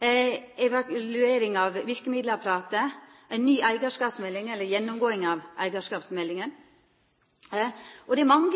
evaluering av verkemiddelapparatet og ei ny eigarskapsmelding. Det er mangt